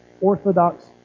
orthodox